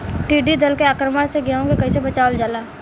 टिडी दल के आक्रमण से गेहूँ के कइसे बचावल जाला?